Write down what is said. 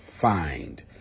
find